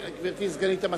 גברתי, סגנית המזכיר,